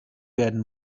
werden